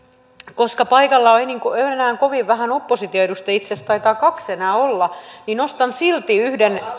koska paikalla on enää kovin vähän oppositioedustajia itse asiassa taitaa kaksi enää olla niin nostan silti yhden